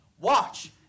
Watch